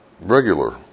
regular